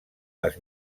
les